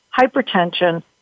hypertension